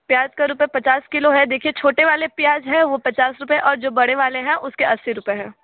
प्याज़ का रुपये पचास किलो है देखिए छोटे वाले प्याज़ हैं वो पचास रुपये और जो बड़े वाले हैं उसके अस्सी रुपये हैं